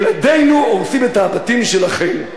ילדינו הורסים את הבתים של אחינו?